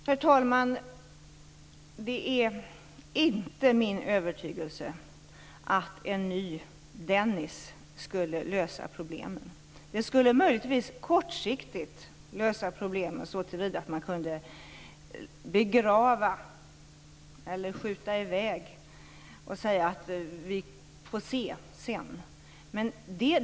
Herr talman! Det är inte min övertygelse att en ny Dennisöverenskommelse skulle lösa problemen. Det skulle möjligtvis kortsiktigt lösa problemen så till vida att man kunde begrava eller skjuta fram det här och säga att vi får se sedan.